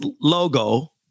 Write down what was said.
logo